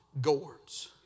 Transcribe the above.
gourds